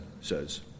says